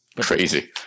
Crazy